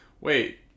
wait